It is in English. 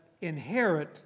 inherit